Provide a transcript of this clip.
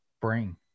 bring